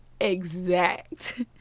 exact